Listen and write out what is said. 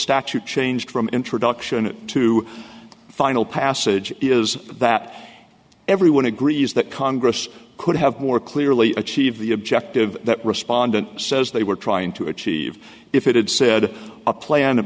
statue changed from introduction to final passage is that everyone agrees that congress could have more clearly achieve the objective that respondent says they were trying to achieve if it had said a pla